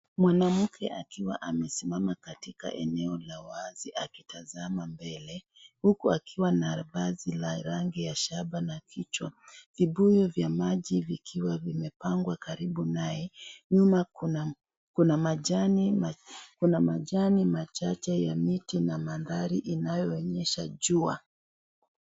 Mwanamke akiwa amesimama katika eneo la wazi akitazama mbele huku akiwa na vazi la rangi ya shaba na kichwa. Vibuyu vya maji vikiwa vimepangwa karibu naye nyua kuna majani machache ya miti na mandhari inayoonyesha jua.